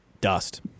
Dust